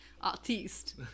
artist